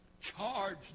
charge